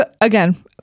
again